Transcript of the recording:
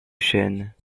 chênes